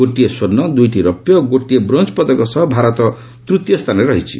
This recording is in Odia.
ଗୋଟିଏ ସ୍ୱର୍ଷ ଦୁଇଟି ରୌପ୍ୟ ଓ ଗୋଟିଏ ବ୍ରୋଞ୍ଜ ପଦକ ସହ ଭାରତ ତୃତୀୟ ସ୍ଥାନରେ ରହିଛି